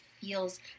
feels